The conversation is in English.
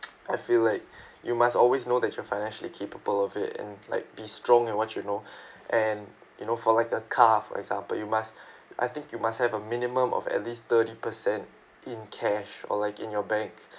I feel like you must always know that you're financially capable of it and like be strong at what you know and you know for like a car for example you must I think you must have a minimum of at least thirty percent in cash or like in your bank